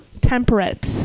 temperate